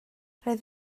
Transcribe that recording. roedd